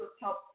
help